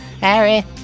Harry